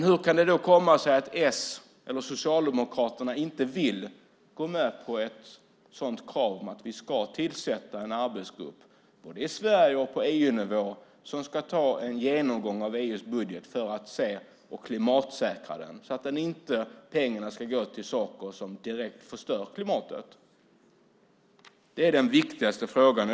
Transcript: Hur kan det då komma sig att Socialdemokraterna inte vill gå med på ett sådant krav om att vi ska tillsätta en arbetsgrupp både i Sverige och på EU-nivå som ska ta en genomgång av EU:s budget för att klimatsäkra den, så att pengarna inte ska gå till saker som direkt förstör klimatet? Det är den viktigaste frågan.